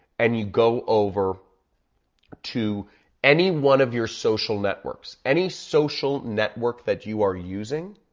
and you go over to any one of your social networks, any social network that you are using,